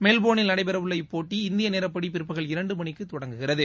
மெல்போர்னில் நடைபெறவுள்ள இப்போட்டி இந்திய நேரப்படி பிற்பகல் இரண்டு மணிக்கு தொடங்குகிறது